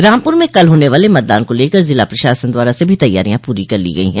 रामपुर में कल होने वाले मतदान को लेकर जिला प्रशासन द्वारा सभी तैयारियां पूरी कर ली गई है